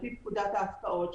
לפי פקודת ההפקעות.